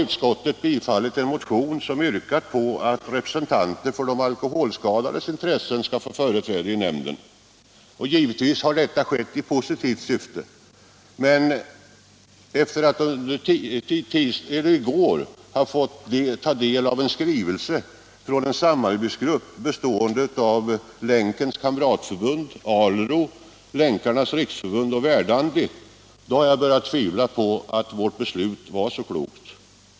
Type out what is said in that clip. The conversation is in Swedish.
Utskottet har där bifallit en motion som yrkat att representanter för de alkoholskadades intressen skall få företräde i nämnden. Givetvis har detta skett i positivt syfte, men efter att i går ha fått ta del av en skrivelse från en samarbetsgrupp, bestående av Länkens kamratförbund, ALRO, Länkarnas riksförbund och Verdandi, har jag börjat tvivla på att vårt beslut var så klokt.